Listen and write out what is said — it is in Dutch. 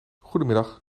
goedemiddag